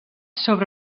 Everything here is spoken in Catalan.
sobre